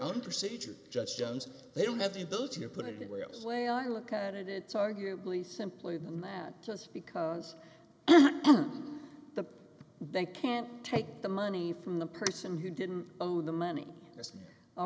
own procedures judge jones they don't have the ability to put it that way a way i look at it it's arguably simpler than that just because the bank can't take the money from the person who didn't own the money